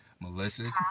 Melissa